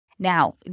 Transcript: Now